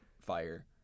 fire